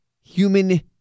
human